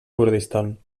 kurdistan